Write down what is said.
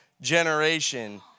generation